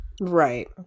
Right